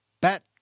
Bat